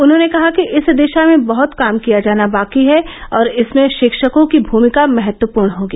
उन्होंने कहा कि इस दिशा में बहत काम किया जाना बाकी है और इसमें शिक्षकों की भूमिका महत्वपूर्ण होगी